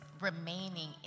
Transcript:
remaining